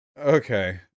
Okay